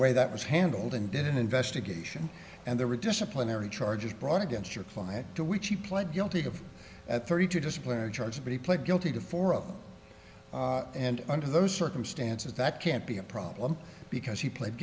way that was handled and did an investigation and there were disciplinary charges brought against your client to which he pled guilty of thirty two disciplinary charges but he pled guilty to four of them and under those circumstances that can't be a problem because he pled